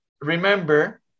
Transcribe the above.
remember